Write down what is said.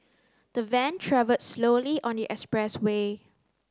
the van travelled slowly on the expressway